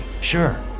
sure